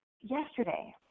Yesterday